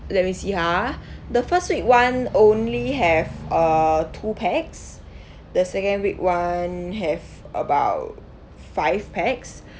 let me see ha the first week [one] only have uh two pax the second week [one] have about five pax